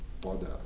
bother